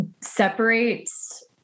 separates